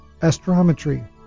astrometry